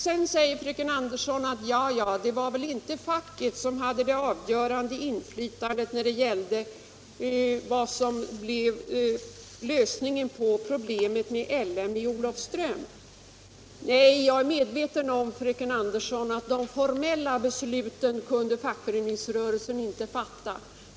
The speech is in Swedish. Sedan säger fröken Andersson: Ja, ja, det var väl inte facket som hade det avgörande inflytandet när det gällde lösningen på problemet med LM i Olofström. Nej, jag är medveten om, fröken Andersson, att de formella besluten kunde fackföreningsrörelsen inte fatta.